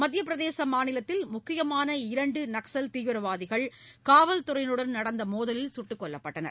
மத்தியப்பிரதேசமாநிலத்தில் முக்கியமான இரண்டுநக்ஸல் தீவிரவாதிகள் காவல்துறையினருடன் நடந்தமோதலில் சுட்டுக் கொல்லப்பட்டனர்